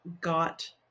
got